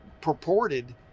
purported